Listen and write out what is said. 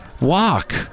Walk